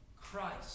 Christ